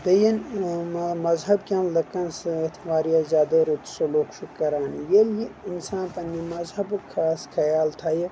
بیٚین مذہب کٮ۪ن لُکن سۭتۍ واریاہ زیادٕ رُت سلوٗک چھُ کران ییٚلہِ یہِ انسان پننہِ مذہبُک خاص خیال تھیہِ